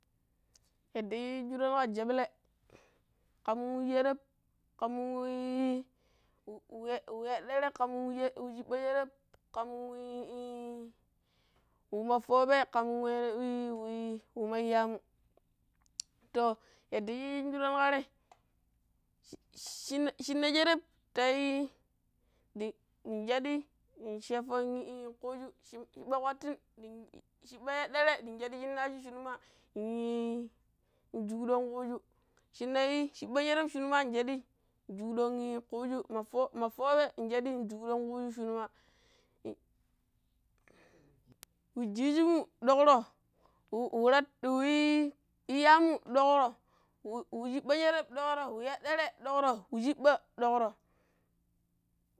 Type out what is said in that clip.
Yadda shi yiijin shuran ƙa jeble ƙam no̱ng wu sherep, ƙam nong wuwe we yeɗɗere ƙam nong wu chiɓɓa̱ sherep ƙam no̱ng i-wu ma fo̱o̱be ƙam no̱ng i wemma iyyaamu, to, yadda shi yiijin shuran ƙa te shinna sherep, tai nshadi nsheepo̱n ƙuju chia̱a̱a kpattin chia̱a̱a yeddere ndng nshaɗu shinju shinuma n ni njukdo ƙuuju shinnai chiɓɓa̱ sherep shinuma nshaɗi njukɗn ƙuuju ma fo̱o̱ ma fo̱o̱be nshadi njukɗon ƙuuju shinu ma wu jiijimu doƙro̱ wu tatt i iiyyaamu doƙro̱ wu chiɓɓa̱ sherep dokro̱, wu yeɗɗere doƙro̱ wu chiɓɓa̱ ɗoƙro̱.